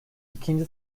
ikinci